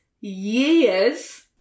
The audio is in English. years